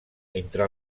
entre